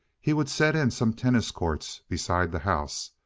he would set in some tennis courts beside the house,